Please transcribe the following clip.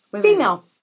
female